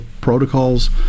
protocols